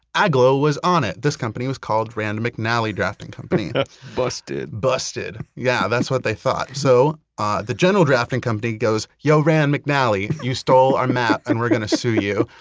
agloe was on it. this company was called rand mcnally drafting company busted busted. yeah. that's what they thought. so ah the general drafting company goes, yo, rand mcnally, you stole our map and we're going to sue you.